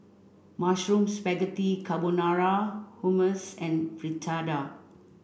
Mushroom Spaghetti Carbonara Hummus and Fritada